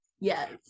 Yes